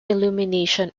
illumination